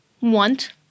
want